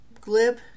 glib